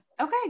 Okay